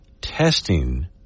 testing